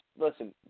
listen